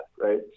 right